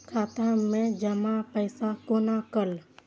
खाता मैं जमा पैसा कोना कल